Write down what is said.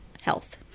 health